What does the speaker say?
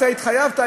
אתה התחייבת,